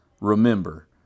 remember